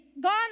gone